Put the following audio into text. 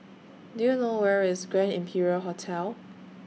Do YOU know Where IS Grand Imperial Hotel